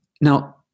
now